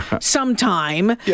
sometime